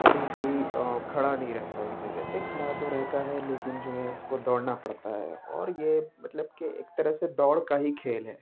کبھی بھی کھڑا نہیں رہتا ہے ایک جگہ پہ کھڑا تو رہتا ہے لیکن جو ہے اس کو دوڑنا پڑتا ہے اور یہ مطلب کہ ایک طرح سے دوڑ کا ہی کھیل ہے